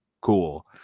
cool